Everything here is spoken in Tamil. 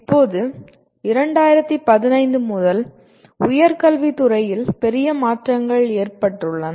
இப்போது 2015 முதல் உயர்கல்வித் துறையில் பெரிய மாற்றங்கள் ஏற்பட்டுள்ளன